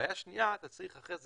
בעיה שנייה היא שאתה צריך אחר כך